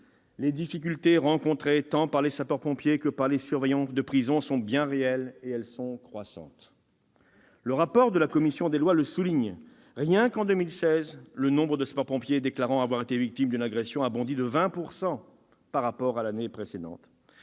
les difficultés rencontrées tant par les sapeurs-pompiers que par les surveillants de prison sont bien réelles, et elles sont croissantes. La commission des lois le souligne dans son rapport : rien qu'en 2016 le nombre de sapeurs-pompiers déclarant avoir été victimes d'une agression a bondi de 20 % par rapport à l'année précédente.